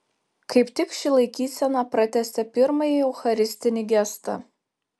kaip tik ši laikysena pratęsia pirmąjį eucharistinį gestą